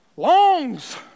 Longs